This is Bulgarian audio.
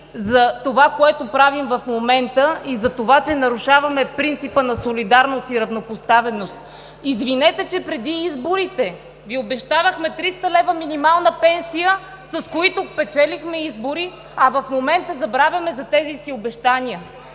за това, което правим в момента, и за това, че нарушаваме принципа на солидарност и равнопоставеност!“; „Извинете, че преди изборите Ви обещавахме 300 лв. пенсия, с които печелехме избори, а в момента забравяме за тези си обещания!“